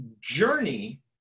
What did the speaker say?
journey